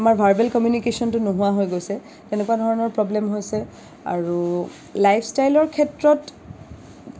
আমাৰ ভাৰ্বেল কমিউনিকেচনটো নোহোৱা হৈ গৈছে তেনেকুৱা ধৰণৰ প্ৰব্লেম হৈছে আৰু লাইফষ্টাইলৰ ক্ষেত্ৰত